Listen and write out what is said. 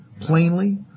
plainly